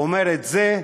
אומרים את זה,